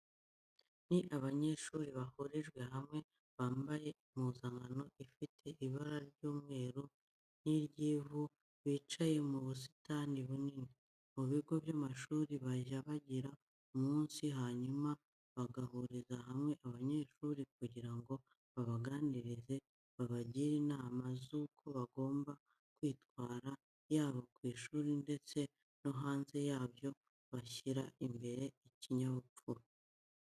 Ni abanyeshuri bahurijwe hamwe, bambaye impuzankano ifite ibara ry'umweru n'iry'ivu, bicaye mu busitani bunini. Mu bigo by'amashuri bajya bagira umunsi hanyuma bagahuriza hamwe abanyeshuri kugira ngo babaganirize, babagire inama z'uko bagomba kwitwara yaba ku ishuri ndetse no hanze yaryo bashyira imbere ikinyabupfura.